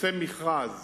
יצא מכרז